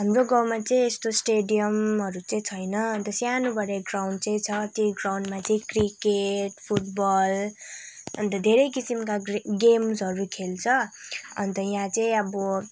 हाम्रो गाउँमा चाहिँ यस्तो स्टेडियमहरू चाहिँ छैन अन्त सानोबडे ग्राउन्ड चाहिँ छ त्यही ग्राउन्डमा चाहिँ क्रिकेट फुटबल अन्त धेरै किसिमका ग्रे गेेम्सहरू खेल्छ अन्त यहाँ चाहिँ अब